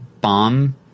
bomb